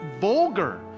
vulgar